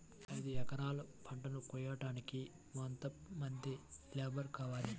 ఐదు ఎకరాల పంటను కోయడానికి యెంత మంది లేబరు కావాలి?